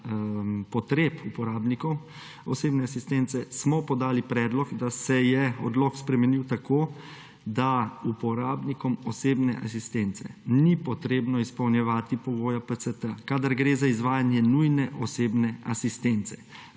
potreb uporabnikov osebne asistence smo podali predlog, da se je odlok spremenil tako, da uporabnikom osebne asistence ni treba izpolnjevati pogoja PCT, kadar gre za izvajanje nujne osebne asistence.